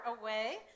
away